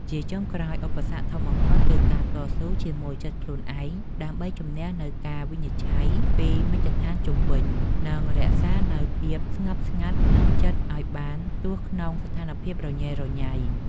ជាចុងក្រោយ ឧបសគ្គធំបំផុតគឺការតស៊ូជាមួយចិត្តខ្លួនឯង ដើម្បីជម្នះនូវការវិនិច្ឆ័យពីមជ្ឈដ្ឋានជុំវិញ និងរក្សានូវភាពស្ងប់ស្ងាត់ក្នុងចិត្តឱ្យបានទោះក្នុងស្ថានភាពរញ៉េរញ៉ៃ។